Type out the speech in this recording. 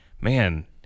man